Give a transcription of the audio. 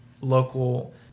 local